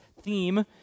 theme